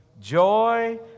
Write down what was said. Joy